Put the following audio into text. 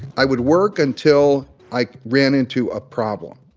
i would work until i ran into a problem.